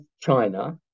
China